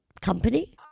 company